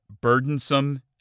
burdensome